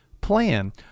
plan